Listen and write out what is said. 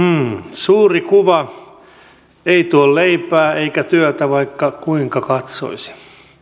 suuri kuva ei tuo leipää eikä työtä vaikka kuinka katsoisi